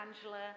Angela